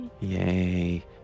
Yay